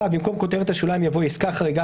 במקום כותרת השוליים יבוא "עסקה חריגה